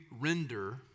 render